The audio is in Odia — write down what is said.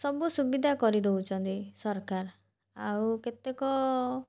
ସବୁ ସୁବିଧା କରି ଦେଉଛନ୍ତି ସରକାର ଆଉ କେତେକ